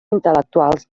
intel·lectuals